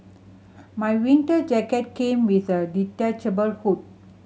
my winter jacket came with a detachable hood